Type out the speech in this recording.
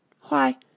Why